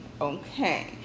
okay